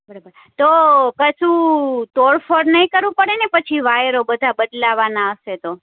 બરાબર તો કશું તોડ ફોડ નહીં કરવું પડે ને પછી વાયરો બધા બદલવાના હશે તો